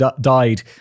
died